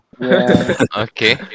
okay